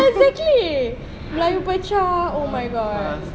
exactly melayu pecah oh my god